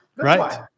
Right